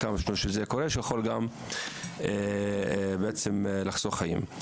שיכולים לחסוך חיים.